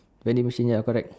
vending machine ya correct